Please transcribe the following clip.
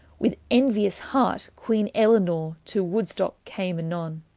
with envious heart, queene ellinor to woodstocke came anone.